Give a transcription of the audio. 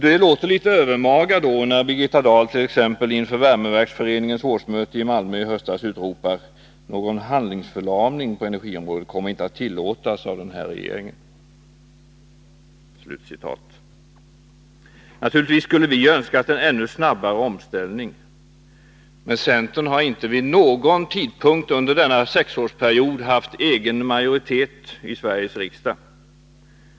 Det låter litet övermaga när Birgitta Dahl t.ex. inför Värmeverksföreningens årsmöte i Malmö i höstas utropar: ”Någon handlingsförlamning på energiområdet kommer inte att tillåtas av den här regeringen.” Naturligtvis skulle vi önskat en ännu snabbare omställning, men centern har inte vid någon tidpunkt under denna sexårsperiod haft egen majoritet i Sveriges riksdag.